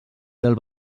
del